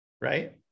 Right